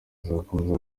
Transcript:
azakomeza